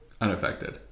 unaffected